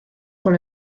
por